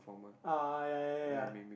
ah ya ya ya ya